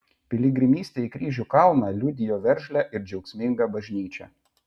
piligrimystė į kryžių kalną liudijo veržlią ir džiaugsmingą bažnyčią